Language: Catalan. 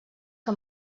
que